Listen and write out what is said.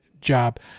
job